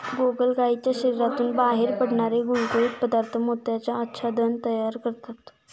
गोगलगायीच्या शरीरातून बाहेर पडणारे गुळगुळीत पदार्थ मोत्याचे आच्छादन तयार करतात